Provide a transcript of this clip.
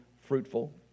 fruitful